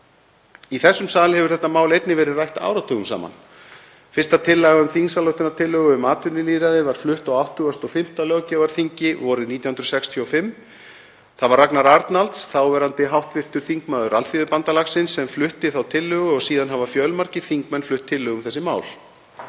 Í þessum sal hefur þetta mál einnig verið rætt áratugum saman. Fyrsta tillagan til þingsályktunar um atvinnulýðræði var flutt á 85. löggjafarþingi vorið 1965. Það var Ragnar Arnalds, þáverandi hv. þm. Alþýðubandalagsins, sem flutti þá tillögu og síðan hafa fjölmargir þingmenn flutt tillögu um þessi mál.